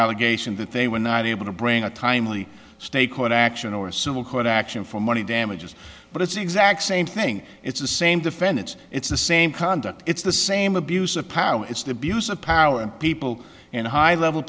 allegation that they were not able to bring a timely state court action or a civil court action for money damages but it's the exact same thing it's the same defendants it's the same conduct it's the same abuse of power it's the abuse of power and people in high level